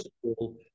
school